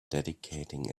dedicating